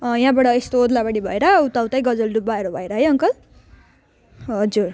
अँ यहाँबाट यस्तो ओद्लाबारी भएर उताउतै गजलडुबाहरू भएर है अङ्कल हजुर